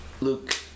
Luke